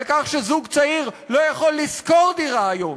על כך שזוג צעיר לא יכול לשכור דירה היום,